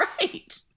right